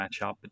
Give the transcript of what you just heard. matchup